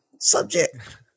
subject